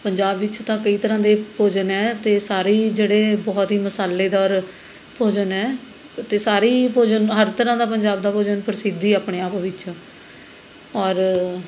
ਪੰਜਾਬ ਵਿੱਚ ਤਾਂ ਕਈ ਤਰ੍ਹਾਂ ਦੇ ਭੋਜਨ ਹੈ ਅਤੇ ਸਾਰੇ ਹੀ ਜਿਹੜੇ ਬਹੁਤ ਹੀ ਮਸਾਲੇਦਾਰ ਭੋਜਨ ਹੈ ਅਤੇ ਸਾਰੇ ਹੀ ਭੋਜਨ ਹਰ ਤਰ੍ਹਾਂ ਦਾ ਪੰਜਾਬ ਦਾ ਭੋਜਨ ਪ੍ਰਸਿੱਧ ਹੀ ਹੈ ਆਪਣੇ ਆਪ ਵਿੱਚ ਔਰ